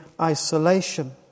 isolation